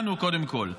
קודם כול לנו,